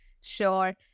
Sure